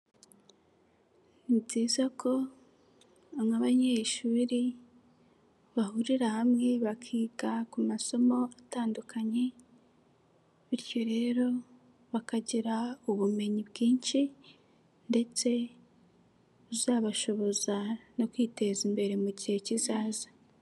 Ni byiza ko nk'abanyeshuri bahurira hamwe bakiga ku masomo atandukanye bityo rero bakagira ubumenyi bwinshi ndetse buzabashoboza no kwiteza imbere mu gihe kizaza.